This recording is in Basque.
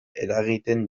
eragiten